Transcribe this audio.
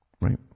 Right